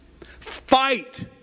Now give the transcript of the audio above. Fight